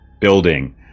building